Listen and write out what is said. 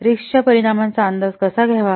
रिस्कच्या परिणामाचा अंदाज कसा घ्यावा